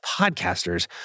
podcasters